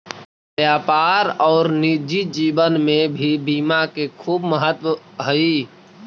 व्यापार और निजी जीवन में भी बीमा के खूब महत्व हई